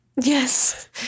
Yes